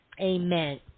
Amen